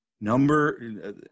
Number